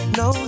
no